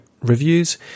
reviews